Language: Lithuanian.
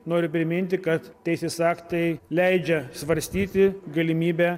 noriu priminti kad teisės aktai leidžia svarstyti galimybę